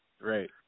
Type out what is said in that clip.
Right